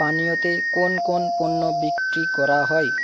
পানীয়তে কোন কোন পণ্য বিক্রি করা হয়